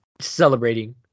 Celebrating